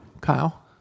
Kyle